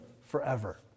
forever